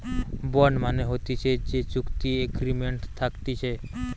bond মানে হতিছে যে চুক্তি এগ্রিমেন্ট থাকতিছে